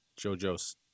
JoJo's